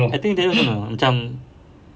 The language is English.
I think they have ah macam